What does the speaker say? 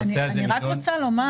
הנושא הזה נדון --- אדוני היושב-ראש,